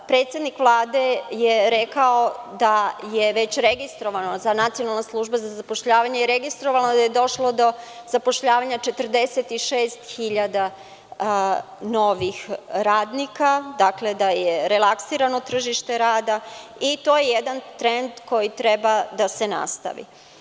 Predsednik Vlade je rekao da je Nacionalna služba za zapošljavanje registrovala da je došlo do zapošljavanja 46.000 novih radnika, da je relaksirano tržište rada i to je jedan trend koji treba da se nastavi.